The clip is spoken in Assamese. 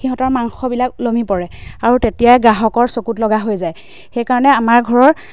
সিহঁতৰ মাংসবিলাক ওলমি পৰে আৰু তেতিয়াই গ্ৰাহকৰ চকুত লগা হৈ যায় সেইকাৰণে আমাৰ ঘৰৰ